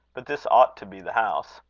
but this ought to be the house,